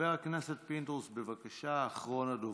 חבר הכנסת פינדרוס, בבקשה, אחרון הדוברים.